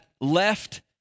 left